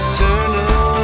Eternal